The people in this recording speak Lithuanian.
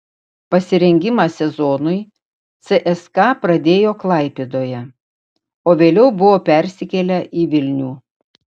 pasirengimą sezonui cska pradėjo klaipėdoje o vėliau buvo persikėlę į vilnių